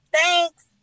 Thanks